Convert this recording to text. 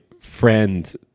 friend